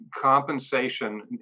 compensation